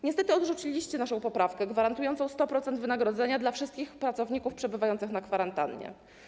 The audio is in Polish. Niestety odrzuciliście naszą poprawkę gwarantującą 100% wynagrodzenia dla wszystkich pracowników przebywających na kwarantannie.